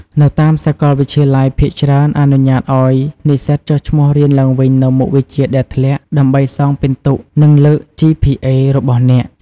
នៅតាមសាកលវិទ្យាល័យភាគច្រើនអនុញ្ញាតឲ្យនិស្សិតចុះឈ្មោះរៀនឡើងវិញនូវមុខវិជ្ជាដែលធ្លាក់ ដើម្បីសងពិន្ទុ និងលើក GPA របស់អ្នក។